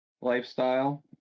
lifestyle